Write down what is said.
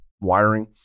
wiring